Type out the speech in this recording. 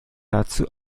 dazu